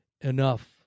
enough